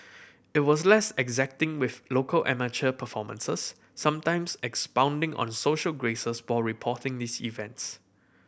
it was less exacting with local amateur performances sometimes expounding on social graces while reporting these events